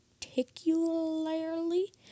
particularly